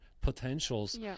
potentials